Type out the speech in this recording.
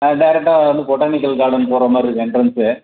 டேரெக்டாக வந்து botanical garden போகிற மாதிரிருக்கும் எண்ட்ரன்ஸு